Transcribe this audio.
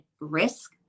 risk